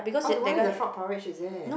oh the one with the frog porridge is it